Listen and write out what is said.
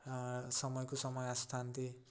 ସମୟକୁ ସମୟ ଆସିଥାନ୍ତି